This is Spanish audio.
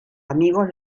amigos